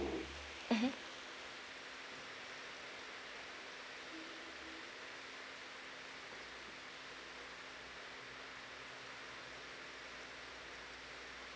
mmhmm